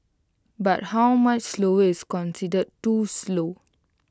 but how much slower is considered too slow